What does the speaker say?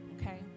okay